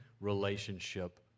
relationship